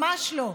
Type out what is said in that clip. ממש לא.